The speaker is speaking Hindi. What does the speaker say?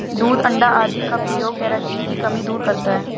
दूध अण्डा आदि का प्रयोग केराटिन की कमी दूर करता है